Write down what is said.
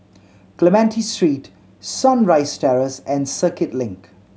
Clementi Street Sunrise Terrace and Circuit Link